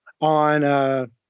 on